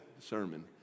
sermon